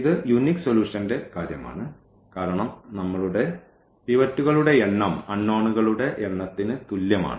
ഇത് യൂനിക് സൊലൂഷൻന്റെ കാര്യമാണ് കാരണം നമ്മളുടെ പിവറ്റുകളുടെ എണ്ണം അൺനോണുകളുടെ എണ്ണത്തിന് തുല്യമാണ്